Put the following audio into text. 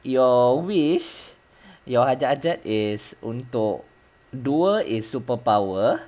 your wish your hajat hajat is untuk dua is superpower